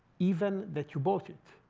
even that you bought it.